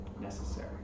necessary